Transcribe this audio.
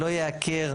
שלא ייעקר,